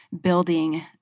building